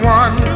one